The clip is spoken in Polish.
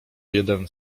jeden